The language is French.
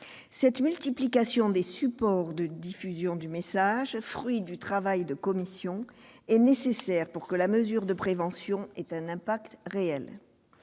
Cette multiplication des supports de diffusion du message, fruit du travail de la commission, est nécessaire pour que la mesure de prévention ait un effet réel.